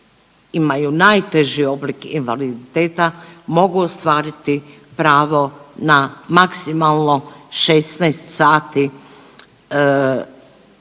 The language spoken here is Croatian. imaju najteži oblik invaliditeta mogu ostvariti pravo na maksimalno 16 sati